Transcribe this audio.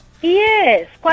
Yes